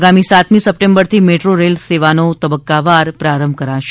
આગામી સાતમી સપ્ટેમ્બરથી મેટ્રો રેલ સેવાનો તબક્કાવાર પ્રારંભ કરાશે